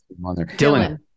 Dylan